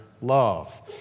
love